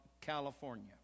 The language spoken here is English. California